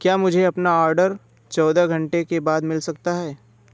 क्या मुझे अपना ऑर्डर चौदह घंटे के बाद मिल सकता है